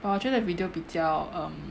but 我觉得 video 比较 um